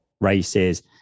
races